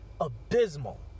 abysmal